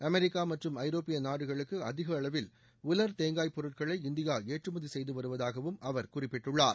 America மற்றும் ஐரோப்பிய நாடுகளுக்கு அதிக அளவில் உலர் தேங்காய் பொருட்களை இந்தியா ஏற்றுமதி செய்துவருவதாகவும் அவர் குறிப்பிட்டுள்ளார்